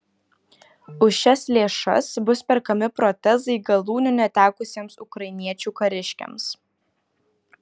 už šias lėšas bus perkami protezai galūnių netekusiems ukrainiečių kariškiams